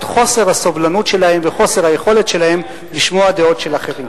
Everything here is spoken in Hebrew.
חוסר הסובלנות שלהם וחוסר היכולת שלהם לשמוע דעות של אחרים.